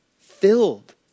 filled